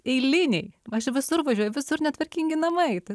eiliniai aš į visur važiuoju visur netvarkingi namai tai